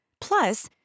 Plus